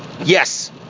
Yes